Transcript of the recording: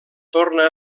torna